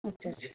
अच्छा अच्छा